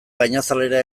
gainazalera